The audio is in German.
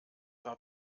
war